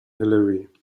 hillary